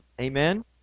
Amen